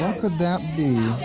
yeah could that be?